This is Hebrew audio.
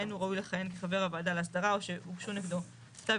אין הוא ראוי לכהן כחבר הוועדה להסדרה או שהוגשו נגעו כתב